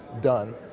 done